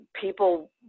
people